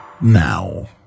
now